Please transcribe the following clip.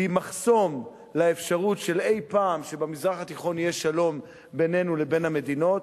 היא מחסום לאפשרות שאי-פעם יהיה במזרח התיכון שלום בינינו לבין המדינות,